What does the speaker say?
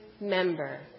member